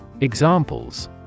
Examples